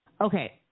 Okay